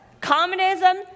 communism